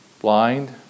blind